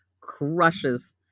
crushes